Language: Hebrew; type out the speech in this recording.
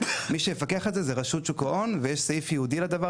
מי שיפקח על זה זו רשות שוק ההון ויש סעיף ייעודי לדבר